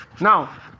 Now